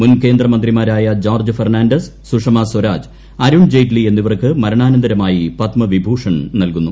മുൻ കേന്ദ്രമന്ത്രിമാരായ ജോർജ്ജ് ഫെർണാണ്ടസ് സുഷമ സ്വരാജ് അരുൺ ജെയ്റ്റ്ലി എന്നിവർക്ക് മരണാനന്തരമായി പത്മവിഭൂഷൺ നൽകുന്നു